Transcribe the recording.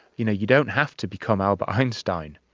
you know you don't have to become albert einstein,